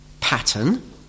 pattern